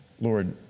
Lord